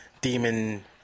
demon